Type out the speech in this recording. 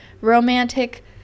romantic